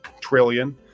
trillion